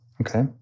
Okay